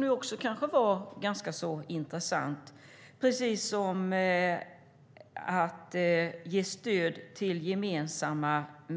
Det kunde kanske också vara ganska intressant. Ett annat förslag är att ge stöd till gemensamt